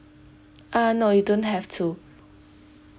uh no you don't have to